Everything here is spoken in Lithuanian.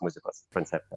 muzikos koncerte